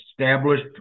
established